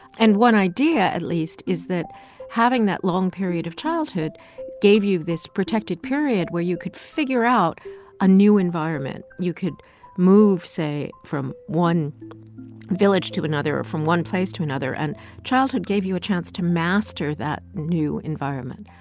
and one idea, at least, is that having that long period of childhood gave you this protected period where you could figure out a new environment. you could move, say, from one village to another or from one place to another. and childhood gave you a chance to master that new environment.